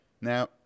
now